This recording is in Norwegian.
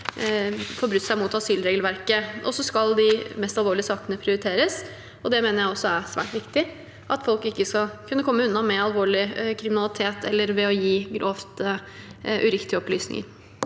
forbrutt seg mot asylregelverket. Så skal de mest alvorlige sakene prioriteres, og jeg mener det også er svært viktig at folk ikke skal kunne komme unna med alvorlig kriminalitet eller ved å gi grovt uriktige opplysninger.